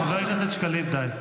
--- חבר הכנסת שקלים, די.